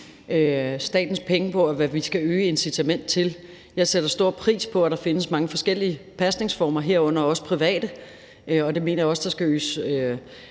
statens penge på, og hvad vi skal øge incitamentet til. Jeg sætter stor pris på, at der findes mange forskellige pasningsformer, herunder også private, og det mener jeg også der skal ydes